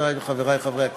חברותי וחברי חברי הכנסת,